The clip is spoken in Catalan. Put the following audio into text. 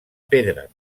pedra